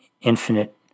infinite